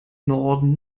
norden